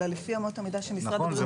אלא לפי אמות המידה של משרד הבריאות.